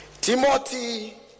Timothy